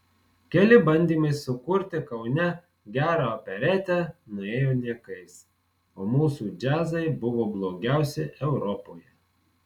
keli bandymai sukurti kaune gerą operetę nuėjo niekais o mūsų džiazai buvo blogiausi europoje